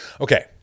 Okay